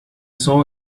saw